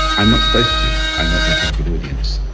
i'm not supposed to. i'm not their target audience.